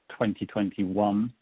2021